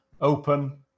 open